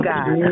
God